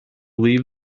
leave